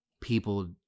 people